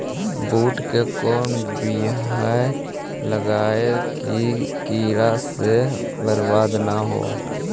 बुंट के कौन बियाह लगइयै कि कीड़ा से बरबाद न हो?